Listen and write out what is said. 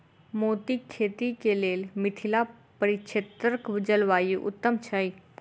मोतीक खेती केँ लेल मिथिला परिक्षेत्रक जलवायु उत्तम छै?